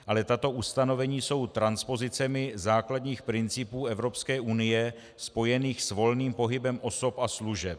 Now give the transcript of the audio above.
Ale tato ustanovení jsou transpozicemi základních principů Evropské unie spojených s volným pohybem osob a služeb.